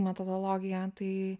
metodologija tai